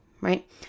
Right